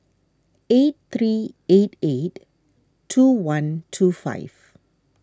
eight three eight eight two one two five